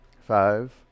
Five